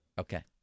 Okay